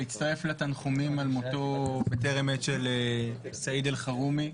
להצטרף לתנחומים על מותו בטרם עת של סעיד אלחרומי,